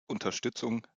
unterstützung